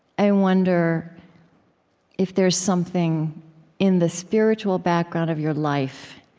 i wonder if there's something in the spiritual background of your life